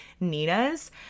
Nina's